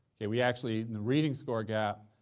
okay? we actually in the reading score gap,